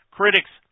critics